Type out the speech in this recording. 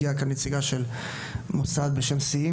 ושהגיעה לכאן נציגה של מוסד בשם "שיאים",